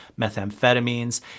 methamphetamines